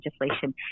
legislation